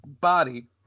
body